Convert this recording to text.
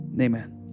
Amen